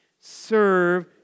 serve